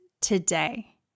today